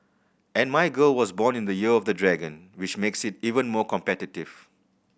and my girl was born in the Year of the Dragon which makes it even more competitive